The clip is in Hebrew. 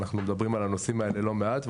אנחנו מדברים על הנושאים האלה לא מעט.